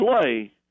play